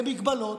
במגבלות.